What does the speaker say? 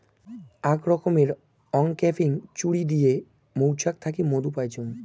আক রকমের অংক্যাপিং ছুরি নিয়ে মৌচাক থাকি মধু পাইচুঙ